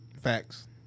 Facts